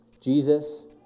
Jesus